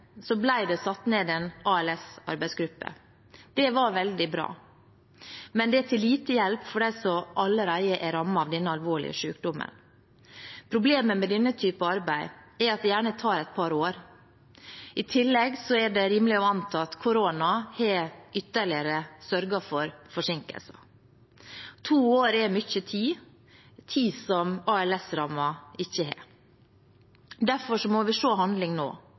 det satt ned en ALS-arbeidsgruppe. Det var veldig bra, men det er til lite hjelp for dem som allerede er rammet av denne alvorlige sykdommen. Problemet med denne typen arbeid er at det gjerne tar et par år. I tillegg er det rimelig å anta at korona har sørget for ytterligere forsinkelser. To år er mye tid – tid som ALS-rammede ikke har. Derfor må vi se handling nå,